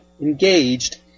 engaged